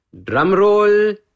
drumroll